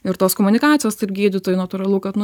ir tos komunikacijos tarp gydytojų natūralu kad nu